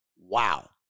Wow